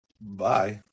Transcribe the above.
Bye